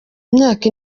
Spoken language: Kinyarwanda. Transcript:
imyaka